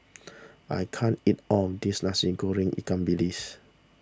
I can't eat all of this Nasi Goreng Ikan Bilis